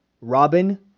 robin